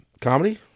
Comedy